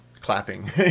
clapping